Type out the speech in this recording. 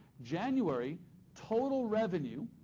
january total revenue,